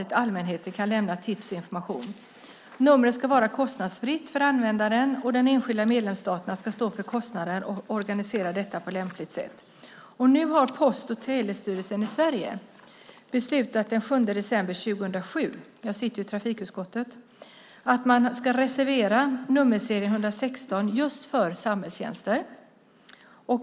Där kan allmänheten lämna tips och information. Numret ska vara kostnadsfritt för användaren, och de enskilda medlemsstaterna ska stå för kostnaderna och organisera detta på lämpligt sätt. Post och telestyrelsen i Sverige beslutade den 7 december 2007 - jag sitter i trafikutskottet - att man ska reservera nummerserien 116 för samhällstjänster.